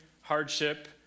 hardship